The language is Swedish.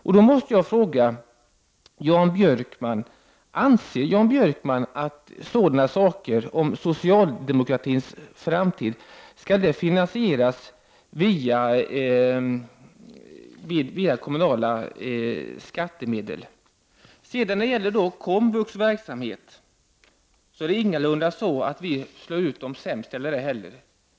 Jag måste fråga: Anser Jan Björkman att diskussioner om socialdemokratins framtid skall finansieras via kommunala skattemedel? Inte heller när det gäller den verksamhet som komvux bedriver är det så, att vi skulle slå ut de sämst ställda.